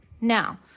Now